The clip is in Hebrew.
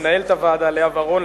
למנהלת הוועדה לאה ורון,